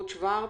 בבקשה.